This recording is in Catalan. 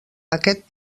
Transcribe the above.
aquest